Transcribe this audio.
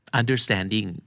understanding